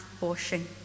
washing